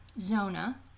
Zona